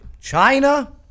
China